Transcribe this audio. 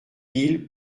mille